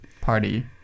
party